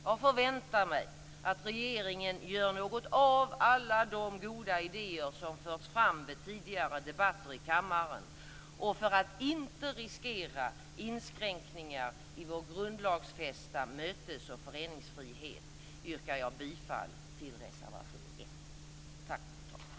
Jag förväntar mig att regeringen gör något av alla de goda idéer som förts fram vid tidigare debatter i kammaren, och för att inte riskera inskränkningar i vår grundlagsfästa mötes och föreningsfrihet yrkar jag bifall till reservation 1.